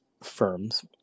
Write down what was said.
firms